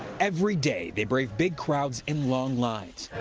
every day, they brave big crowds and long lines.